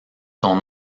son